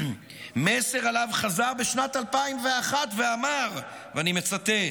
מסר שעליו חזר בשנת 2001 ואמר, ואני מצטט: